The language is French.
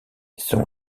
son